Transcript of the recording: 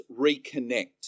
reconnect